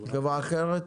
חברה אחרת?